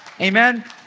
Amen